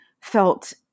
felt